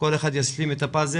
שכל אחד ישלים את הפאזל.